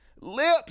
lips